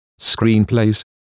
screenplays